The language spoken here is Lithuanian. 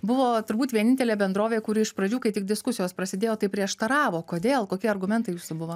buvo turbūt vienintelė bendrovė kuri iš pradžių kai tik diskusijos prasidėjo tai prieštaravo kodėl kokie argumentai jūsų buvo